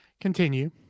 Continue